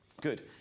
Good